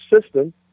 system